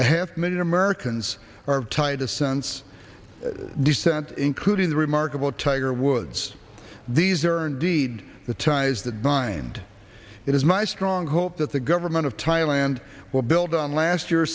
a half million americans are tied to sense of dissent including the remarkable tiger woods these are indeed the ties that bind it is my strong hope that the government of thailand will build on last year